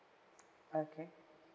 okay